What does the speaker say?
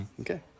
Okay